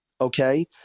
okay